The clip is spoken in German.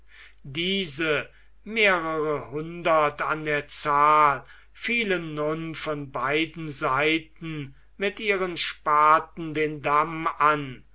diese mehrere hundert an der zahl fielen nun von beiden seiten mit ihren spaten den damm an